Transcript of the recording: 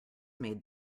made